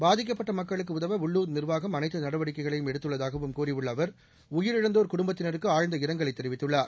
பாதிக்கப்பட்ட மக்களுக்கு உதவ உள்ளூர் நிர்வாகம் அனைத்து நடவடிக்கைகளையும் எடுத்துள்ளதாகவும் கூறியுள்ள அவர் உயிரிழந்தோர் குடும்பத்தினருக்கு ஆழந்த இரங்கலை தெரிவித்துள்ளார்